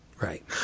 Right